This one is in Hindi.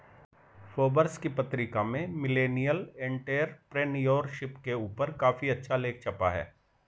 फोर्ब्स की पत्रिका में मिलेनियल एंटेरप्रेन्योरशिप के ऊपर काफी अच्छा लेख छपा है